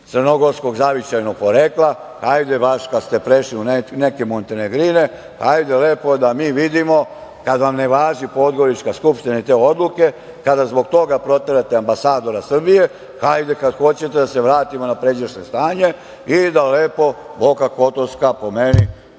crnogorskog zavičajnog porekla, hajde baš kada ste prešli u montenegrine, hajde da vidimo kada vam ne važi podgorička Skupština i te odluke, kada zbog toga proterate ambasadora Srbije, hajde kada hoćete da se vratimo na pređašnje stanje, da lepo Boka Kotorska po meni